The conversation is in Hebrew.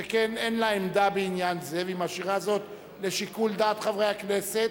שכן אין לה עמדה בעניין זה והיא משאירה זאת לשיקול דעת חברי הכנסת,